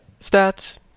Stats